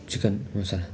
chicken मसला